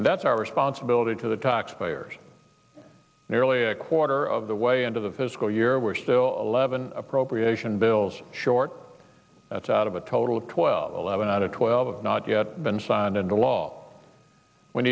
and that's our responsibility to the taxpayers nearly a quarter of the way into the fiscal year we're still levon appropriation bills short that's out of a total of twelve eleven out of twelve not yet been signed into law w